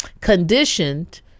conditioned